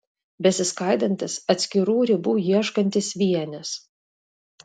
besiskaidantis atskirų ribų ieškantis vienis